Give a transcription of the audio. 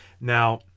Now